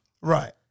Right